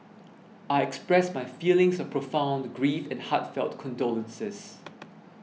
I express my feelings of profound grief and heartfelt condolences